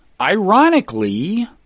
ironically